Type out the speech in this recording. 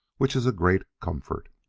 which is a great comfort.